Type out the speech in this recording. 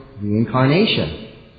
reincarnation